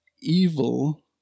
evil